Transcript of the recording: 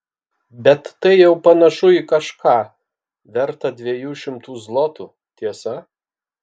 bet tai jau panašu į kažką vertą dviejų šimtų zlotų tiesa